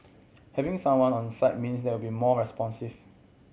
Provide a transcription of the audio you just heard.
having someone on site means there will be more responsive